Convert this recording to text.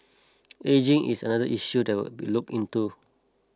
ageing is another issue that will be looked into